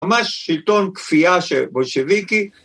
‫ממש שלטון קפיאה בולשביקי.